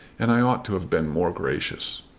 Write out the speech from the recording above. and i ought to have been more gracious.